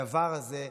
הדבר הזה,